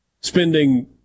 spending